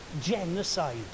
genocide